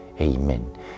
Amen